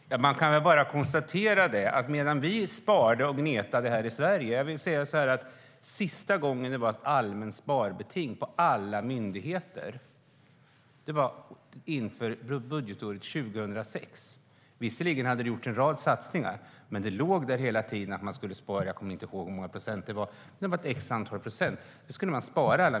Herr talman! Jag kan bara konstatera att vi har sparat och gnetat i Sverige. Senaste gången som det var ett allmänt sparbeting på alla myndigheter var inför budgetåret 2006. Visserligen hade det gjorts en rad satsningar, men det fanns hela tiden ett sparbeting - jag kommer inte ihåg hur många procent det var på.